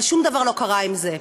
אבל שום דבר לא קרה עם זה.